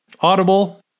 audible